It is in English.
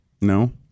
No